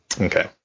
Okay